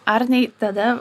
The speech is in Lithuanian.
arnai tada